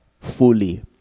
fully